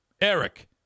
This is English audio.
Eric